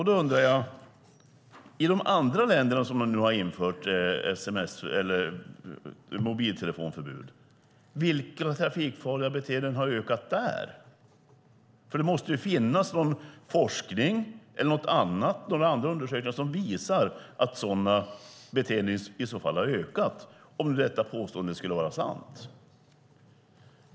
Då undrar jag: I de andra länder som nu har infört mobiltelefonförbud, vilka trafikfarliga beteenden har ökat där? Det måste ju finnas någon forskning eller några undersökningar som visar att sådana beteenden i så fall har ökat, om nu detta påstående skulle vara sant.